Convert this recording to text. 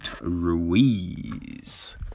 Ruiz